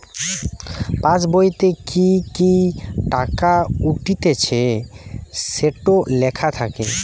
পাসবোইতে কি কি টাকা উঠতিছে সেটো লেখা থাকে